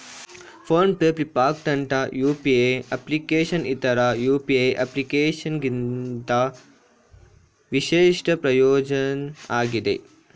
phone pay ಫ್ಲಿಪ್ಕಾರ್ಟ್ನಂತ UPI ಅಪ್ಲಿಕೇಶನ್ನ್ ಇತರ ಯು.ಪಿ.ಐ ಅಪ್ಲಿಕೇಶನ್ಗಿಂತ ವಿಶಿಷ್ಟ ಪ್ರಯೋಜ್ನ ಆಗಿದೆ